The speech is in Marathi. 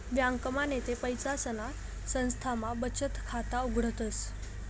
ब्यांकमा नैते पैसासना संस्थामा बचत खाता उघाडतस